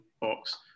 box